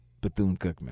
Bethune-Cookman